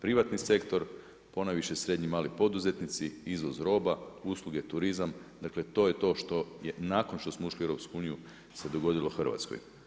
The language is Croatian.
Privatni sektor, ponajviše srednji i mali poduzetnici, izvoz roba, usluge, turizam, dakle to je to što je nakon što smo ušli u EU, se dogodilo Hrvatskoj.